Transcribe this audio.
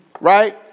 Right